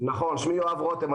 שאתה מורה דרך.